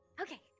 okay